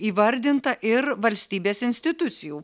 įvardinta ir valstybės institucijų